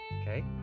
Okay